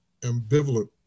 ambivalent